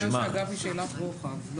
השאלה, אגב, היא שאלת רוחב.